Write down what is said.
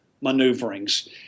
maneuverings